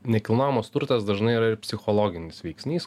nekilnojamas turtas dažnai yra ir psichologinis veiksnys